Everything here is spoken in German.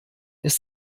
ist